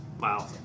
wow